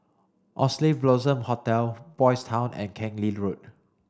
Oxley Blossom Hotel Boys' Town and Keng Lee Road